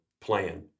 plan